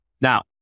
Now